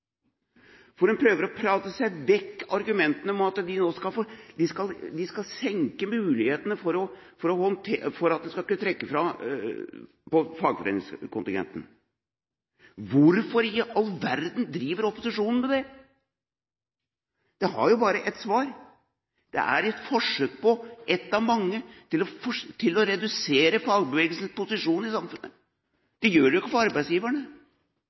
For hun prøver å prate vekk argumentene for dette, og de skal minske muligheten for å trekke fra for fagforeningskontingenten. Hvorfor i all verden driver opposisjonen med det? Det har jo bare ett svar: Det er et forsøk – ett av mange – på å redusere fagbevegelsens posisjon i samfunnet, ikke arbeidsgivernes. De blir stående uten svar, selvfølgelig, og det